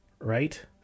Right